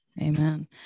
Amen